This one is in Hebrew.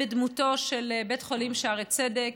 בדמותו של בית חולים שערי צדק.